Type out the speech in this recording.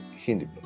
Hindi